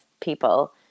people